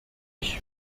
ich